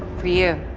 for you.